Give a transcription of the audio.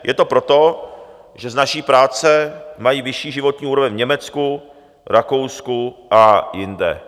Je to proto, že z naší práce mají vyšší životní úroveň v Německu, Rakousku a jinde.